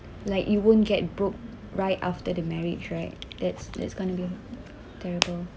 like you won't get broke right after the marriage right that's that's going to be terrible